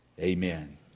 Amen